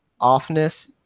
offness